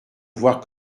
voir